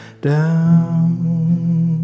down